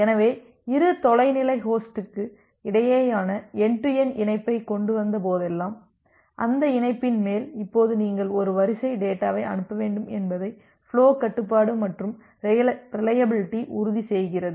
எனவே இரு தொலைநிலை ஹோஸ்டுக்கு இடையேயான என்டு டு என்டு இணைப்பை கொண்டுவந்த போதெல்லாம் அந்த இணைப்பின் மேல் இப்போது நீங்கள் ஒரு வரிசை டேட்டாவை அனுப்ப வேண்டும் என்பதை ஃபுலோ கட்டுப்பாடு மற்றும் ரிலையபிலிட்டி உறுதி செய்கிறது